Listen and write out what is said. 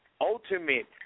ultimate